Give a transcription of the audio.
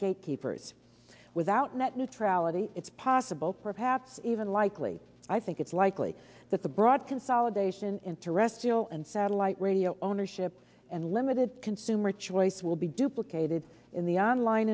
gatekeepers without net neutrality it's possible perhaps even likely i think it's likely that the broad consolidation in terrestrial and satellite radio ownership and limited consumer choice will be duplicated in the online